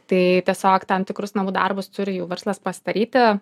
tai tiesiog tam tikrus namų darbus turi jų verslas pasidaryti